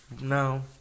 No